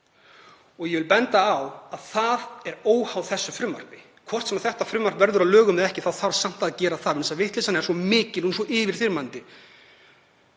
og ég vil benda á að það er óháð þessu frumvarpi. Hvort sem þetta frumvarp verður að lögum eða ekki þá þarf samt að gera það vegna þess að vitleysan er svo mikil, svo yfirþyrmandi.